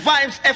Vibes